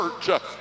church